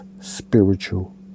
spiritual